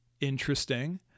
Interesting